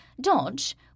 Dodge